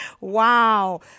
Wow